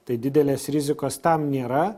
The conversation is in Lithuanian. tai didelės rizikos tam nėra